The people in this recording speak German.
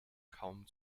kaum